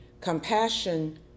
Compassion